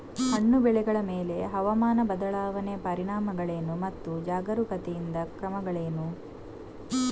ಹಣ್ಣು ಬೆಳೆಗಳ ಮೇಲೆ ಹವಾಮಾನ ಬದಲಾವಣೆಯ ಪರಿಣಾಮಗಳೇನು ಮತ್ತು ಜಾಗರೂಕತೆಯಿಂದ ಕ್ರಮಗಳೇನು?